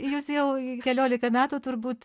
jūs jau keliolika metų turbūt